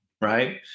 right